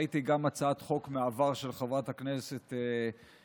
וראיתי גם הצעת חוק מהעבר של חברת הכנסת אז